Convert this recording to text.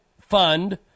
fund